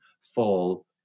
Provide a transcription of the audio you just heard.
fall